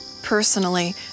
Personally